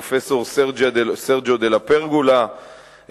פרופסור סרג'יו דלה פרגולה,